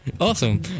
Awesome